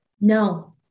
No